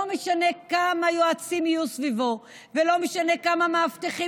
לא משנה כמה יועצים יהיו סביבו ולא משנה כמה מאבטחים